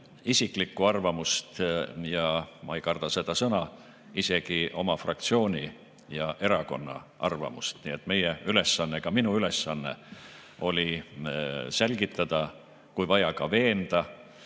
isiklikku arvamust ja – ma ei karda seda sõna – isegi oma fraktsiooni ja erakonna arvamust. Nii et meie ülesanne, ka minu ülesanne oli selgitada, kui vaja, ka veenda